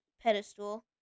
pedestal